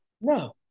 No